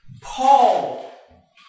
Paul